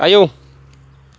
आयौ